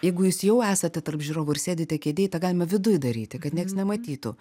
jeigu jūs jau esate tarp žiūrovų ir sėdite kėdėj tą galima viduj daryti kad nieks nematytų